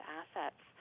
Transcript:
assets